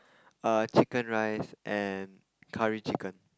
err chicken rice and curry chicken